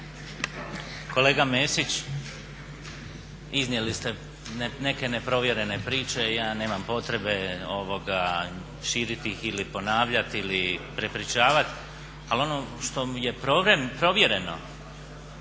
Kolega Mesić, iznijeli ste neke neprovjerene priče i ja nemam potrebe širiti ih ili ponavljati ili prepričavati. Ali ono što mu je provjereno